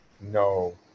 no